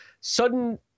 Sudden